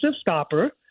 stopper